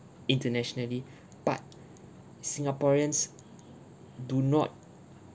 internationally but singaporeans do not